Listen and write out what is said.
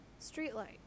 streetlight